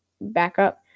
backup